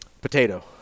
Potato